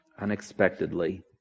unexpectedly